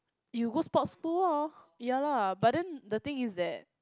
you go sport school lah ya lah but then the thing is that